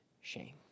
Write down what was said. shame